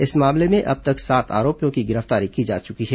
इस मामले में अब तक सात आरोपियों की गिरफ्तारी की जा चुकी है